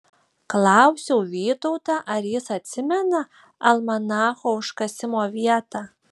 klausiau vytautą ar jis atsimena almanacho užkasimo vietą